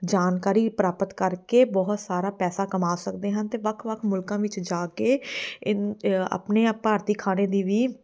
ਜਾਣਕਾਰੀ ਪ੍ਰਾਪਤ ਕਰਕੇ ਬਹੁਤ ਸਾਰਾ ਪੈਸਾ ਕਮਾ ਸਕਦੇ ਹਨ ਅਤੇ ਵੱਖ ਵੱਖ ਮੁਲਕਾਂ ਵਿੱਚ ਜਾ ਕੇ ਆਪਣੇ ਭਾਰਤੀ ਖਾਣੇ ਦੀ ਵੀ